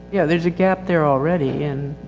yeah, there's a gap there already, and,